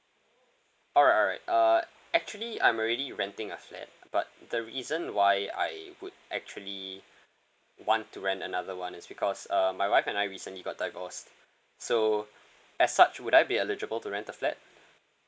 alright alright uh actually I'm already renting a flat but the reason why I would actually want to rent another [one] is because uh my wife and I recently got divorced so as such would I be eligible to rent a flat